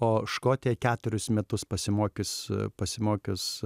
o škotijoj keturis metus pasimokius pasimokęs